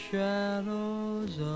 Shadows